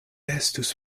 estus